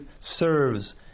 serves